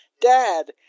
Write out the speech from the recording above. Dad